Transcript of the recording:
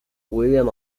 william